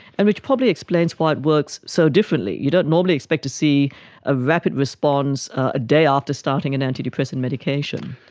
and which probably explains why it works so differently. you don't normally expect to see a rapid response a day after starting an antidepressant medication.